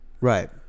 Right